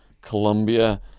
Colombia